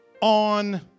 on